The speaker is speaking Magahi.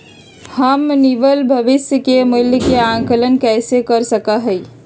हम निवल भविष्य मूल्य के आंकलन कैसे कर सका ही?